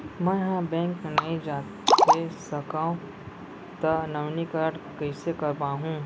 मैं ह बैंक नई जाथे सकंव त नवीनीकरण कइसे करवाहू?